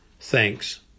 Thanks